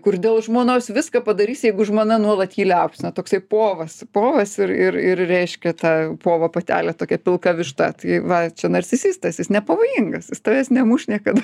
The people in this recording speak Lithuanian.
kur dėl žmonos viską padarys jeigu žmona nuolat jį liaupsina toksai povas povas ir ir ir reiškia ta povo patelė tokia pilka višta tai va čia narcisistas jis nepavojingas jis tavęs nemuš niekada